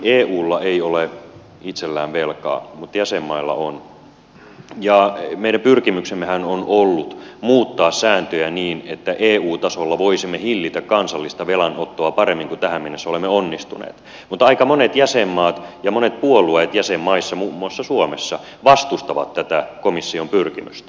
eulla ei ole itsellään velkaa mutta jäsenmailla on ja meidän pyrkimyksemmehän on ollut muuttaa sääntöjä niin että eu tasolla voisimme hillitä kansallista velanottoa paremmin kuin tähän mennessä olemme onnistuneet mutta aika monet jäsenmaat ja monet puolueet jäsenmaissa muun muassa suomessa vastustavat tätä komission pyrkimystä